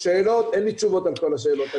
אין לי תשובות על כל השאלות.